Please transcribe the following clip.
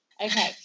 Okay